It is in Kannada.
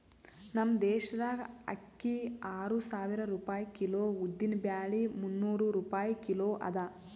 ನಮ್ ದೇಶದಾಗ್ ಅಕ್ಕಿ ಆರು ಸಾವಿರ ರೂಪಾಯಿ ಕಿಲೋ, ಉದ್ದಿನ ಬ್ಯಾಳಿ ಮುನ್ನೂರ್ ರೂಪಾಯಿ ಕಿಲೋ ಅದಾ